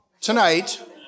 tonight